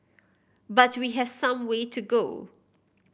but we have some way to go